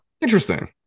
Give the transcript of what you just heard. Interesting